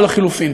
או לחלופין: